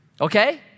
okay